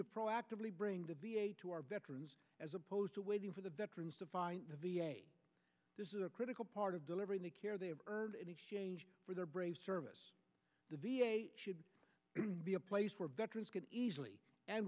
to proactively bring the v a to our veterans as opposed to waiting for the veterans to find the v a this is a critical part of delivering the care they have earned in exchange for their brave service the v a should be a place where veterans can easily and